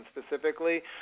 specifically